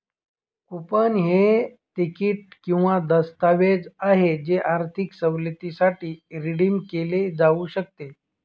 coupon हे ticket किंवा दस्तऐवज आहे जे आर्थिक सवलतीसाठी रिडीम केले जाऊ शकते